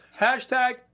hashtag